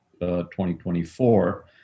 2024